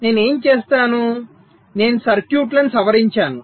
నేను ఏమి చేస్తాను నేను సర్క్యూట్లను సవరించాను